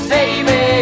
Baby